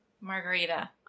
Margarita